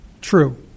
True